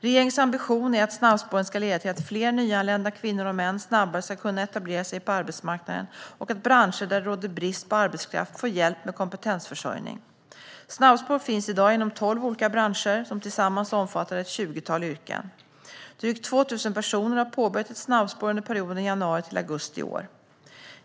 Regeringens ambition är att snabbspåren ska leda till att fler nyanlända kvinnor och män snabbare ska kunna etablera sig på arbetsmarknaden och till att branscher där det råder brist på arbetskraft ska få hjälp med kompetensförsörjning. Snabbspår finns i dag inom tolv olika branscher, som tillsammans omfattar ett tjugotal yrken. Drygt 2 000 personer har påbörjat ett snabbspår under perioden januari till augusti i år.